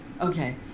Okay